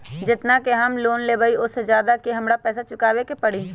जेतना के हम लोन लेबई ओ से ज्यादा के हमरा पैसा चुकाबे के परी?